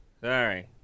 sorry